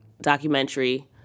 documentary